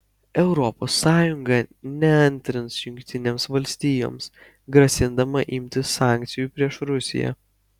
europos sąjunga neantrins jungtinėms valstijoms grasindama imtis sankcijų prieš rusiją